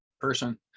person